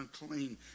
unclean